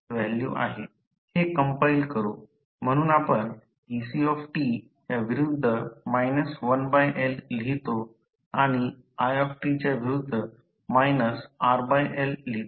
म्हणून आपण ect च्या विरुद्ध 1L लिहितो आणि i च्या विरुद्ध RL लिहितो